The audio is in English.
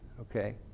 Okay